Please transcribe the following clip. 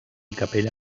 capella